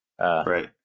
Right